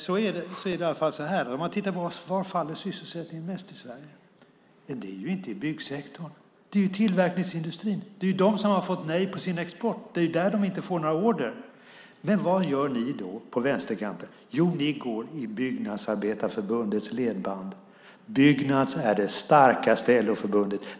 Om man tittar på var sysselsättningen faller mest i Sverige är det inte i byggsektorn. Det är i tillverkningsindustrin. Det är de som har fått nej till sin export. Det är där de inte får några order. Men vad gör ni då på vänsterkanten? Jo, ni går i Byggnadsarbetarförbundets ledband. Byggnads är det starkaste LO-förbundet.